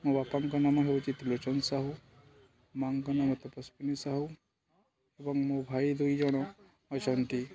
ମୋ ବାପାଙ୍କ ନାମ ହେଉଛି ତ୍ରିଲୋଚନ ସାହୁ ମାଆଙ୍କ ନାମ ତପଷ୍ପିନୀ ସାହୁ ଏବଂ ମୋ ଭାଇ ଦୁଇ ଜଣ ଅଛନ୍ତି